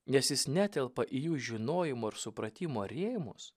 nes jis netelpa į jų žinojimo ir supratimo rėmus